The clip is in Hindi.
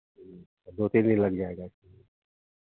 दो तीन दिन लग जाएगा